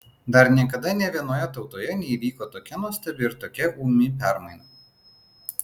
dar niekada nė vienoje tautoje neįvyko tokia nuostabi ir tokia ūmi permaina